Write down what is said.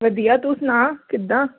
ਵਧੀਆ ਤੂੰ ਸੁਣਾ ਕਿੱਦਾਂ